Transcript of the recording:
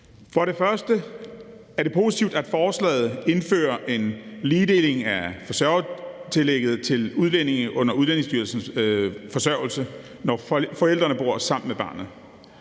For det første er det positivt, at forslaget indfører en ligestilling af forsørgertillægget til udlændinge under Udlændingestyrelsens forsørgelse, når forældrene bor sammen med barnet.